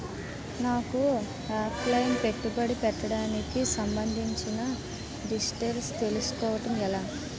నాకు offline పెట్టుబడి పెట్టడానికి సంబందించిన డీటైల్స్ తెలుసుకోవడం ఎలా?